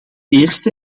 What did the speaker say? eerste